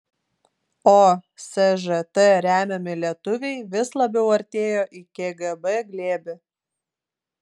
o sžt remiami lietuviai vis labiau artėjo į kgb glėbį